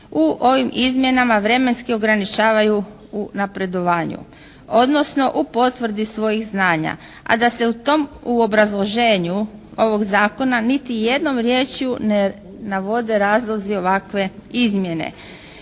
u ovim izmjenama vremenski ograničavaju u napredovanju, odnosno u potvrdi svojih znanja, a da se u tom, u obrazloženju ovog zakona niti jednom riječju ne navode razlozi ovakve izmjene.